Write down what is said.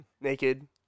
naked